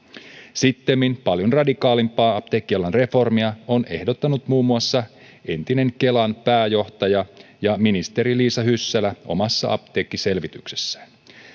sittemmin paljon radikaalimpaa apteekkialan reformia on ehdottanut muun muassa entinen kelan pääjohtaja ja ministeri liisa hyssälä omassa apteekkiselvityksessään